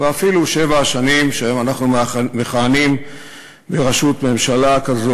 ואפילו שבע שנים שבהן אנחנו מכהנים בראשות ממשלה כזו